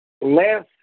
less